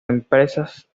empresas